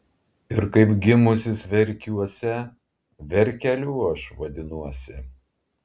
ir kaip gimusis verkiuose verkeliu aš vadinuosi